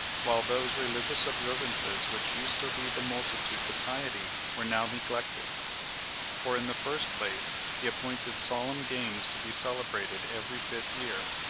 while those religious observances which used to lead the multitude to piety were now neglected for, in the first place, he appointed solemn games to be celebrated every fifth year,